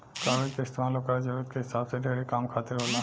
कागज के इस्तमाल ओकरा जरूरत के हिसाब से ढेरे काम खातिर होला